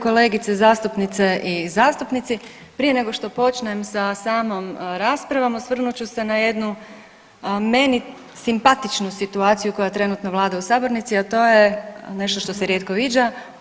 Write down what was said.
Kolegice zastupnice i zastupnici, prije nego što počnem sa samom raspravom osvrnut ću se na jednu meni simpatičnu situaciju koja trenutno vlada u sabornici, a to je nešto što se rijetko viđa.